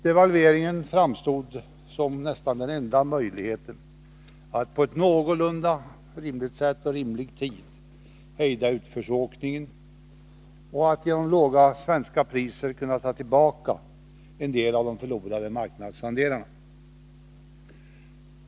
Devalveringen framstod som nästan den enda möjligheten att på ett någorlunda rimligt sätt och inom rimlig tid hejda utförsåkningen. Genom låga svenska priser skulle vi kunna ta tillbaka en del av de förlorade marknadsandelarna.